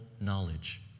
knowledge